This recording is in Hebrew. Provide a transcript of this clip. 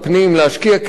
להשקיע כסף